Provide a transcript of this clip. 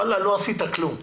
לא עשית כלום.